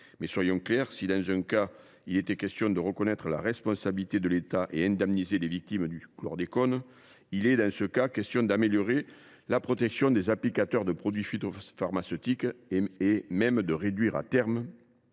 Soyons clairs : si, dans un cas, il s’agissait de reconnaître la responsabilité de l’État et d’indemniser les victimes du chlordécone, il est à présent question d’améliorer la protection des applicateurs de produits phytopharmaceutiques et même de réduire, à terme,